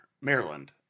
Maryland